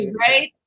Right